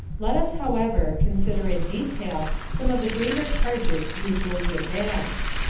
let us, however, consider in detail some of the graver charges usually advanced.